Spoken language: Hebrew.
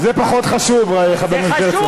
זה פחות חשוב, חבר הכנסת.